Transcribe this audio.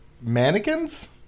mannequins